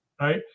Right